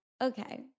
okay